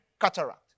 cataract